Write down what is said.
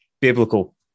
biblical